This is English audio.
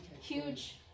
huge